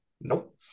Nope